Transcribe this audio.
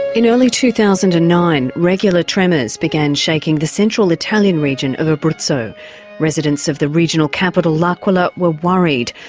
in early two thousand and nine, regular tremors began shaking the central italian region of abruzzo. residents of the regional capital l'aquila were worried.